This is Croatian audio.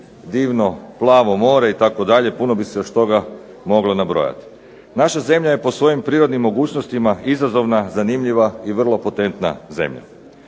divno plavo more itd. Puno bi se još toga moglo nabrojati. Naša zemlja je po svojim prirodnim mogućnostima izazovna, zanimljiva i vrlo potentna zemlja.